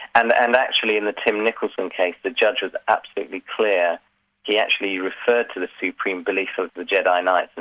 and and actually in the tim nicholson case, the judge was absolutely clear he actually referred to the supreme beliefs of the jedi knights,